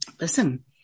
listen